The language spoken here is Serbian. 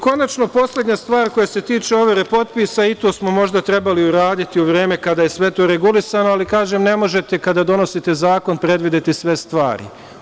Konačno, poslednja stvar koja se tiče overe potpisa, i to smo možda trebali uraditi u vreme kada je sve to regulisano, ali, kažem, ne možete, kada donosite zakon, predvideti sve stvari.